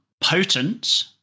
potent